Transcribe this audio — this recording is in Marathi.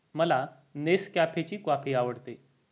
मला नेसकॅफेची कॉफी आवडते